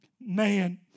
man